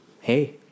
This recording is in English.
Hey